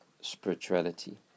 spirituality